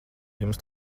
jums